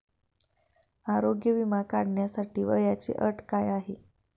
आरोग्य विमा काढण्यासाठी वयाची अट काय आहे?